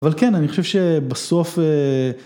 אבל כן, אני חושב שבסוף...